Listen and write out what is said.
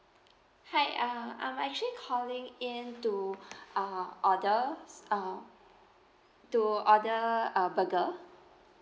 hi uh I'm actually calling in to uh order uh to order a burger